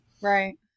Right